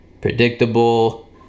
predictable